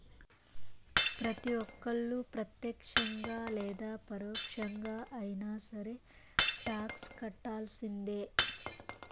ప్రతి ఒక్కళ్ళు ప్రత్యక్షంగా లేదా పరోక్షంగా అయినా సరే టాక్స్ కట్టాల్సిందే